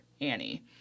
Annie